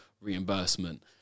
reimbursement